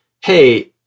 hey